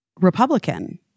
Republican